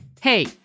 Hey